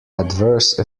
adverse